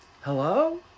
Hello